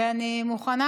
ואני מוכנה